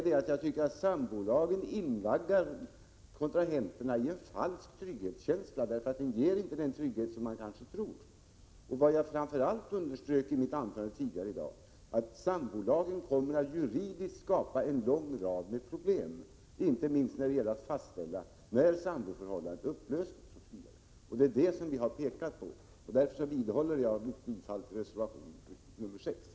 Vidare tycker jag att sambolagen invaggar kontrahenterna i en falsk trygghetskänsla. Den ger nämligen inte den trygghet som människor kanske tror. Det som jag framför allt underströk i mitt anförande tidigare i dag var, att sambolagen kommer att skapa en lång rad juridiska problem, inte minst när det gäller att fastställa när ett samboförhållande har upplösts. Det är det vi har pekat på i reservation 6. Jag vidhåller mitt yrkande om bifall till den reservationen.